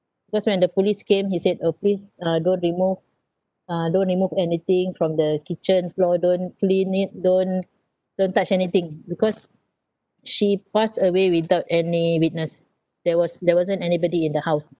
cause when the police came he said orh please uh don't remove uh don't remove anything from the kitchen floor don't clean it don't don't touch anything because she passed away without any witness there was there wasn't anybody in the house